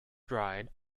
dried